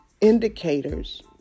indicators